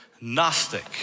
gnostic